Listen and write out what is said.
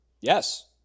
Yes